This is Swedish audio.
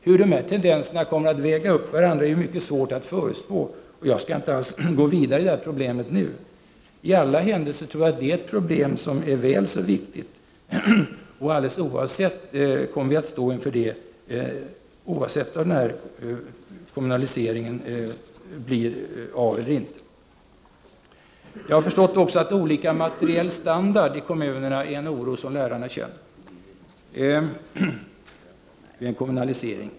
Hur de här tendenserna kommer att förhålla sig till varandra är mycket svårt att förutsäga. Jag skall inte alls gå vidare i det problemet nu, men i alla händelser tror jag att det är ett problem som är väl så viktigt, och det kommer vi att stå inför alldeles oavsett om kommunaliseringen blir av eller inte. Jag har också förstått att lärarna inför en kommunalisering känner oro för olika materiell standard i kommunerna.